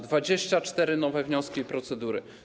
24 nowe wnioski i procedury.